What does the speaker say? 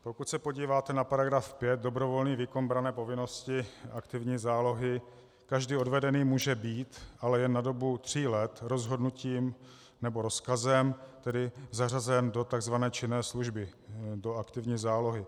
Pokud se podíváte na § 5 Dobrovolný výkon branné povinnosti aktivní zálohy, každý odveden může být, ale jen na dobu tří let rozhodnutím nebo rozkazem, tedy zařazen do takzvané činné služby do aktivní zálohy.